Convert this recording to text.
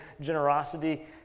generosity